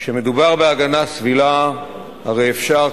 כשמדובר בהגנה סבילה הרי אפשר,